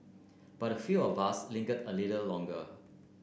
but a few of us lingered a little longer